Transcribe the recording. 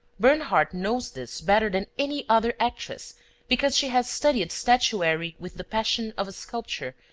bernhardt knows this better than any other actress because she has studied statuary with the passion of a sculptor,